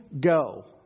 Go